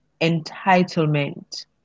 entitlement